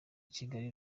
kigali